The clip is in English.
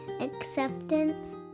acceptance